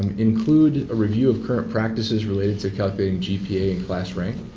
and include a review of current practices related to calculating gp and class rank,